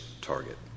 target